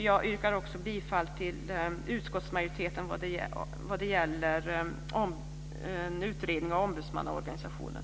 Jag yrkar också bifall till utskottsmajoritetens förslag när det gäller en utredning av ombudsmannaorganisationen.